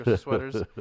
sweaters